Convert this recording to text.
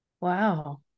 Wow